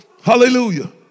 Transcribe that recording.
Hallelujah